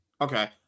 Okay